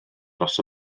dros